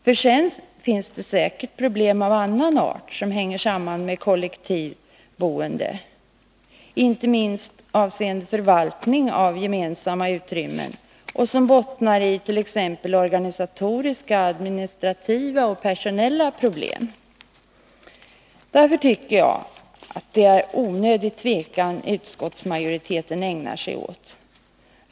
För sedan finns det säkert problem av annan art som hänger samman med kollektivt boende, inte minst problem avseende förvaltning av gemensamhetsutrymmen samt organisatoriska, administrativa och personella problem. Därför tycker jag att utskottsmajoriteten visar en onödig tveksamhet.